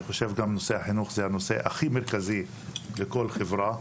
אני חושב שגם נושא החינוך זה הנושא הכי מרכזי בכל חברה,